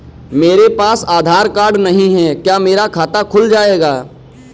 मेरे पास आधार कार्ड नहीं है क्या मेरा खाता खुल जाएगा?